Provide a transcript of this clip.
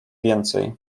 więcej